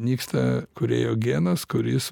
nyksta kūrėjo genas kuris